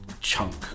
chunk